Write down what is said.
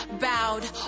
bowed